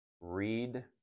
Read